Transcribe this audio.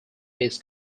his